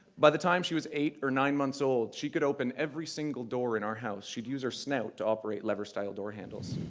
by the time she was eight or nine months old, she could open every single door in our house. she'd use her snout to operate lever-style door handles.